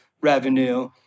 revenue